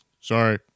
Sorry